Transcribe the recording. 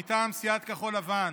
מטעם סיעת כחול לבן: